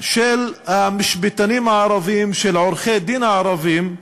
של המשפטנים הערבים, של עורכי-הדין הערבים,